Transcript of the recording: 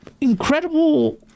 incredible